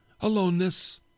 aloneness